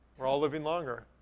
we're all living longer.